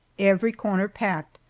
every corner packed,